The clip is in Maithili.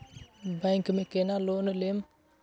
बैंक में केना लोन लेम?